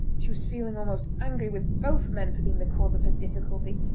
she was feeling almost angry with both men for being the cause of her difficulty,